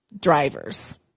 drivers